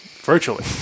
Virtually